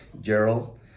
Gerald